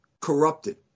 corrupted